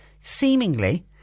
seemingly